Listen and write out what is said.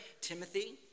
Timothy